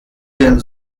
den